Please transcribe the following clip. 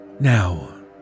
Now